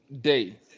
day